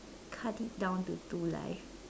cut it down to two life